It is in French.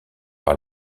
par